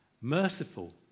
merciful